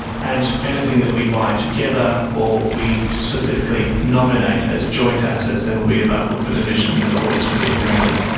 and anything that we buy together or we specifically nominate as joint assets then will be available for division in accordance with the agreement.